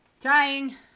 Trying